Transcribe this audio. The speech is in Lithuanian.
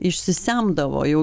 išsisemdavo jau